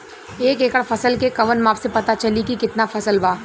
एक एकड़ फसल के कवन माप से पता चली की कितना फल बा?